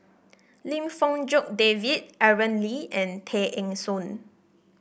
Lim Fong Jock David Aaron Lee and Tay Eng Soon